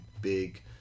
big